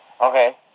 Okay